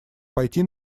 пойти